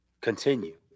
continue